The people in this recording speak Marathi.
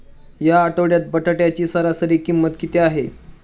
या आठवड्यात बटाट्याची सरासरी किंमत किती आहे?